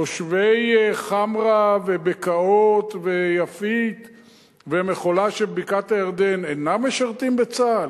תושבי חמרה ובקעות ויפית ומחולה שבבקעת-הירדן אינם משרתים בצה"ל?